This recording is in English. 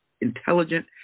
intelligent